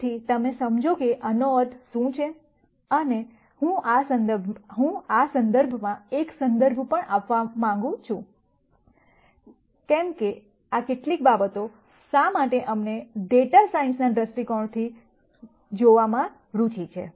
જેથી તમે સમજો કે આનો અર્થ શું છે અને હું આ સંદર્ભમાં એક સંદર્ભ પણ આપવા માંગુ છું કેમ કે આ કેટલીક બાબતો શા માટે અમને ડેટા સાયન્સના દૃષ્ટિકોણથી જોવામાં રુચિ છે